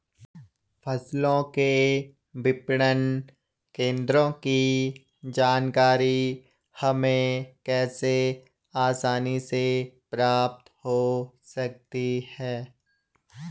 फसलों के विपणन केंद्रों की जानकारी हमें कैसे आसानी से प्राप्त हो सकती?